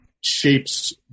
shapes